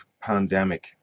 pandemic